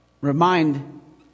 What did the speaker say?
remind